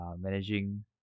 managing